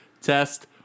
Test